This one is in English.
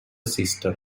sister